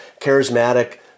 charismatic